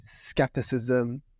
skepticism